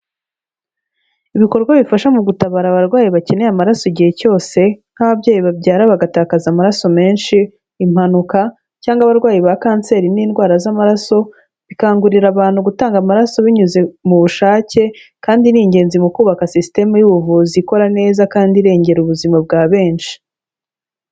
Ibikorwa bifasha mu gutabara abarwayi bakeneye amaraso igihe cyose nk'ababyeyi babyara bagatakaza amaraso menshi, impanuka cyangwa abarwayi ba kanseri n'indwara z'amaraso, bikangurira abantu gutanga amaraso binyuze mu bushake kandi ni ingenzi mu kubaka sisitemu y'ubuvuzi ikora neza kandi irengera ubuzima bwa benshi.